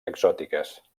exòtiques